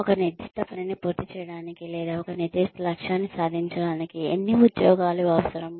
ఒక నిర్దిష్ట పనిని పూర్తి చేయడానికి లేదా ఒక నిర్దిష్ట లక్ష్యాన్ని సాధించడానికి ఎన్ని ఉద్యోగాలు అవసరం